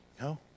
no